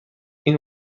این